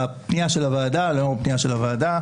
לאור הפנייה של הוועדה,